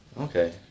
Okay